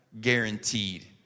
guaranteed